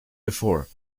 before